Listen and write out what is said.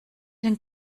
den